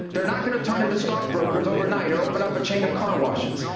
they're not going to turn into stockbrokers overnight or open up a chain of car washes.